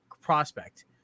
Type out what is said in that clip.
prospect